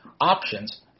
options